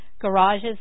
Garages